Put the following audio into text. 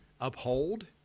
uphold